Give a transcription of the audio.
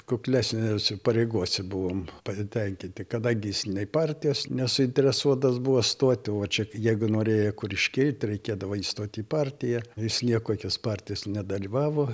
kuklesnėse pareigose buvom patenkinti kadangi jis nei partijos nesuinteresuotas buvo stoti o čia jeigu norėjo kur iškilt reikėdavo įstot į partiją ir jis nieko jokios partijose nedalyvavo